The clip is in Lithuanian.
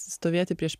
stovėti prieš